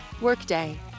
Workday